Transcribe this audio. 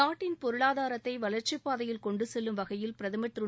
நாட்டின் பொருளாதாரத்தை வளா்ச்சிப்பாதையில் கொண்டு செல்லும் வகையில் பிரதமர் திரு